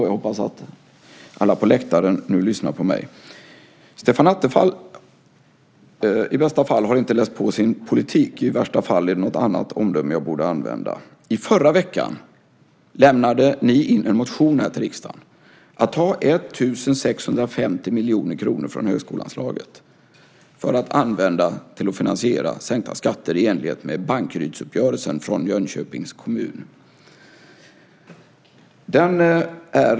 Jag hoppas att alla på läktaren nu lyssnar på mig. Stefan Attefall har i bästa fall inte läst på sin politik. I värsta fall är det något annat omdöme jag borde använda. I förra veckan lämnade ni in en motion till riksdagen. Ni föreslog att man ska ta 1 650 miljoner kronor från högskoleanslaget för att använda till att finansiera sänkta skatter i enlighet med Bankerydsuppgörelsen från Jönköpings kommun.